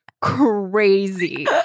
crazy